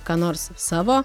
ką nors savo